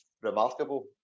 remarkable